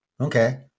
Okay